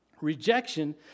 rejection